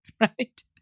Right